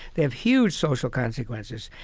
they have huge social consequences.